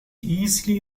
easily